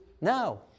No